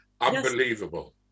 Unbelievable